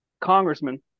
congressman